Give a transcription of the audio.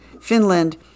Finland